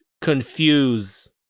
confuse